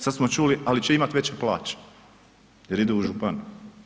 Sad smo čuli, ali će imati veće plaće jer idu u županije.